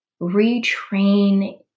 retrain